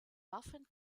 waffen